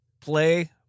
play